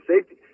safety